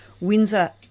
Windsor